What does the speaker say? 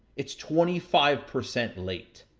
it's twenty five percent late.